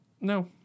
No